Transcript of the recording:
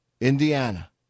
Indiana